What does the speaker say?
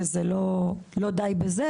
לא די בזה,